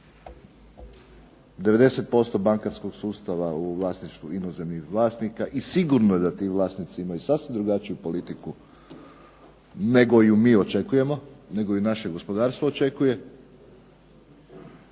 90% bankarskog sustava je u vlasništvu inozemnih vlasnika i sigurno da ti vlasnici imaju sasvim drugačiju politiku nego ju mi očekujemo, nego ju naše gospodarstvo očekuje.